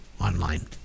online